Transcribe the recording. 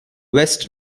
west